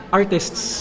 artists